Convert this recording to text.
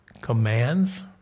Commands